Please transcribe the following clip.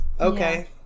Okay